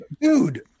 Dude